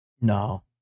no